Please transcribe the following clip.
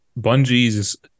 Bungie's